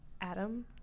Adam